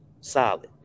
solid